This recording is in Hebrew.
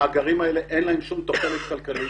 למאגרים האלה אין שום תוחלת כלכלית,